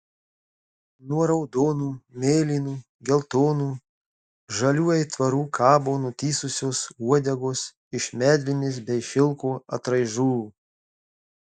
nuo raudonų mėlynų geltonų žalių aitvarų kabo nutįsusios uodegos iš medvilnės bei šilko atraižų